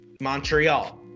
Montreal